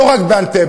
לא רק באנטבה.